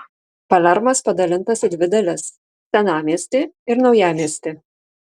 palermas padalintas į dvi dalis senamiestį ir naujamiestį